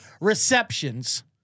receptions